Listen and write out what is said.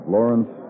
Lawrence